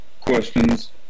questions